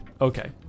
Okay